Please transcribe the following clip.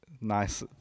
nice